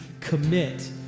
commit